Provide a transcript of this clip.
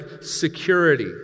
security